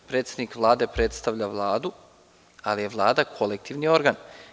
Predsednik Vlade predstavlja Vladu, ali je Vlada kolektivni organ.